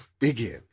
begin